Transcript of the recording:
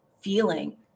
feeling